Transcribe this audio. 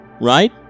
right